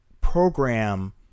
program